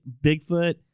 Bigfoot